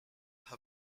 her